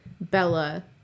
Bella